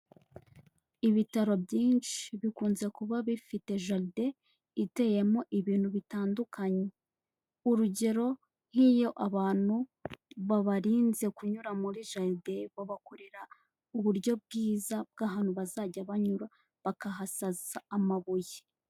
Ibitaro byinshi bikunze kuba bifite jaride iteyemo ibintu bitandukanye, urugero nk'iyo abantu babarinze kunyura muri jaride, babakorera uburyo bwiza bw'ahantu bazajya banyura bakahasasa amabuye.